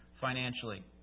financially